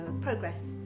progress